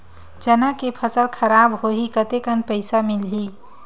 चना के फसल खराब होही कतेकन पईसा मिलही?